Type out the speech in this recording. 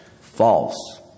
False